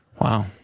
Wow